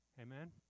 Amen